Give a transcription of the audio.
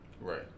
Right